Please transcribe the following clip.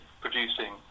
producing